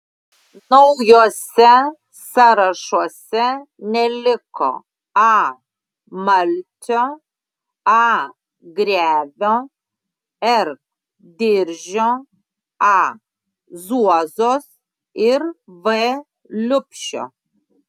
naujuose sąrašuose neliko a malcio a grevio r diržio a zuozos ir v liubšio